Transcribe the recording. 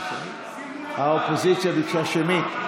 האופוזיציה ביקשה שמית.